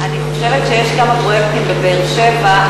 אני חושבת שיש כמה פרויקטים בבאר-שבע,